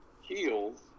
heels